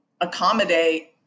accommodate